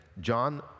John